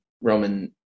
Roman